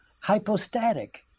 hypostatic